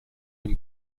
dem